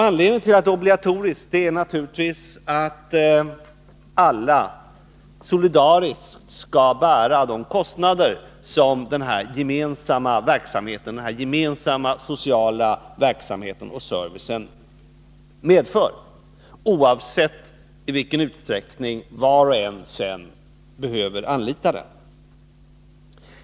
Anledningen till att det är obligatoriskt är naturligtvis att alla solidariskt skall bära de kostnader som den gemensamma sociala verksamheten och servicen medför, oavsett i vilken utsträckning var och en behöver anlita den.